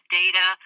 data